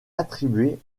attribuée